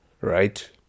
right